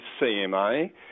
CMA